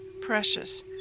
precious